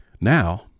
now